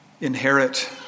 inherit